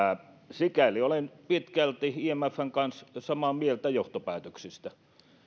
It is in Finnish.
sikäli olen pitkälti imfn kanssa samaa mieltä johtopäätöksistä